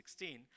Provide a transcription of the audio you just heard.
16